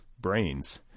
brains